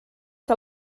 que